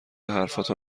حرفاتو